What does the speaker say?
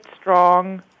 strong